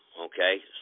Okay